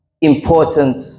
important